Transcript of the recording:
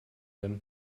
him